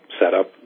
setup